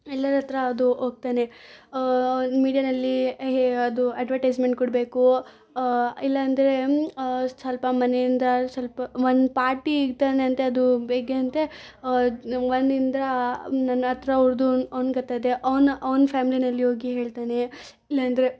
ಎಲ್ಲರ ಹತ್ತಿರ ಅದು ಹೋಗ್ತಾನೆ ಮೀಡ್ಯಾನಲ್ಲಿ ಹೆ ಅದು ಅಡ್ವರ್ಟೈಸ್ಮೆಂಟ್ ಕೊಡಬೇಕು ಇಲ್ಲಾಂದರೆ ಸ್ವಲ್ಪ ಮನೆಯಿಂದ ಸ್ವಲ್ಪ ಒಂದು ಪಾರ್ಟಿ ಇಡ್ತಾನಂತೆ ಅದು ಬೇಕು ಅಂತೆ ಒನ್ನಿಂದ್ರ ನನ್ನ ಹತ್ತಿರ ಅವ್ರದು ಅವನ್ಗತ್ತದೆ ಅವ್ನು ಅವ್ನು ಫ್ಯಾಮಿಲಿನಲ್ಲಿ ಹೋಗಿ ಹೇಳ್ತಾನೆ ಇಲ್ಲಾಂದರೆ